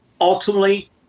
ultimately